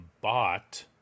bought